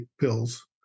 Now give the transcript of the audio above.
pills